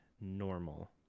normal